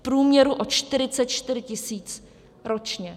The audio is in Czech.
V průměru o 44 tisíc ročně.